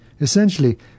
Essentially